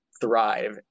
thrive